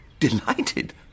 Delighted